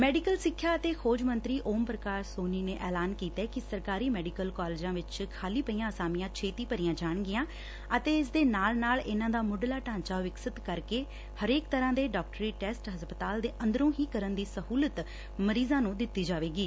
medical ਸਿੱਖਿਆ ਅਤੇ ਖੋਜ ਮੰਤਰੀ ਓਮ ਪ੍ਰਕਾਸ਼ ਸੋਨੀ ਨੇ ਐਲਾਨ ਕੀਤਾ ਕਿ ਸਰਕਾਰੀ ਮੈਡੀਕਲ ਕਾਲਜਾਂ ਵਿਚ ਖਾਲੀ ਪਈਆਂ ਅਸਾਮੀਆਂ ਛੇਤੀ ਭਰੀਆਂ ਜਾਣਗੀਆਂ ਅਤੇ ਇਸ ਦੇ ਨਾਲ ਨਾਲ ਇੰਨਾਂ ਦਾ ਮੁੱਢਲਾ ਢਾਂਚਾ ਵਿਕਸਤ ਕਰਕੇ ਹਰੇਕ ਤਰਾਂ ਦੇ ਡਾਕਟਰੀ ਟੈਸਟ ਹਸਪਤਾਲ ਦੇ ਅੰਦਰੋਂ ਹੀ ਕਰਨ ਦੀ ਸਹੁਲਤ ਮਰੀਜਾਂ ਨ੍ਰੰ ਦਿੱਤੀ ਜਾਵੇਗੀ